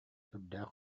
сүрдээх